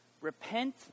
Repent